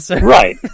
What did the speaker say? Right